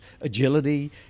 agility